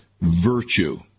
virtue